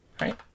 right